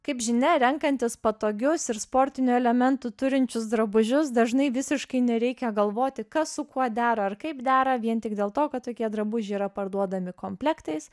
kaip žinia renkantis patogius ir sportinių elementų turinčius drabužius dažnai visiškai nereikia galvoti kas su kuo dera ar kaip dera vien tik dėl to kad tokie drabužiai yra parduodami komplektais